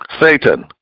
Satan